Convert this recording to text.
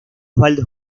osvaldo